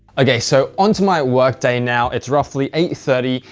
okay, so onto my workday now it's roughly eight thirty.